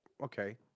Okay